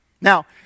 Now